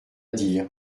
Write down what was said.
dire